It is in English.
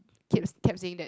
keep kept saying that